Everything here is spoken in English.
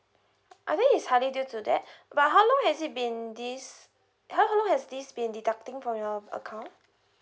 I think it's hardly due to that but how long has it been this how how long has this been deducting from your account